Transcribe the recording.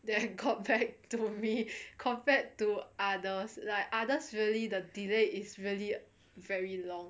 that I got back to me compared to others like others really the delay is really very long